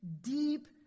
deep